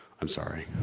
i'm sorry.